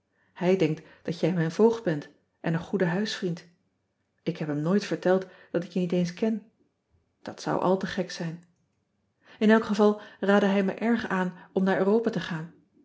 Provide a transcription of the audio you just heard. ij denkt dat jij mijn voogd bent en een goede huisvriend k heb hem nooit verteld dat ik je niet eens ken at zou al te gek zijn ean ebster adertje angbeen n elk geval raadde hij me erg aan om naar uropa te gaan